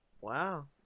wow